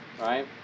right